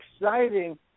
exciting